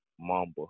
Mamba